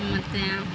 ಮತ್ಯಾ